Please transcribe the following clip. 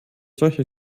solche